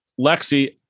Lexi